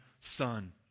son